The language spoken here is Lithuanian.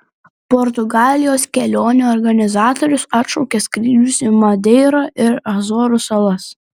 portugalijos kelionių organizatorius atšaukia skrydžius į madeirą ir azorų salas